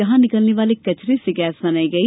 यहां निकलने वाले कचरे से गैस बनाई गई